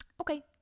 okay